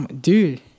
Dude